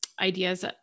ideas